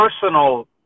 personal